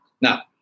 Now